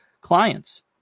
clients